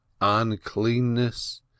uncleanness